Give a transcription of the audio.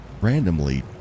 randomly